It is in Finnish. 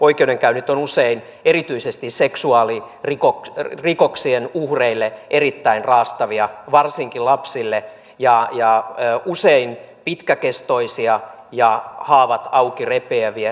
oikeudenkäynnit ovat usein erityisesti seksuaalirikoksien uhreille erittäin raastavia varsinkin lapsille ja usein pitkäkestoisia ja haavat auki repiviä